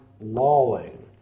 lolling